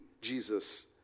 Jesus